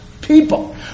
people